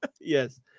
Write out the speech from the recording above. Yes